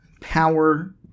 power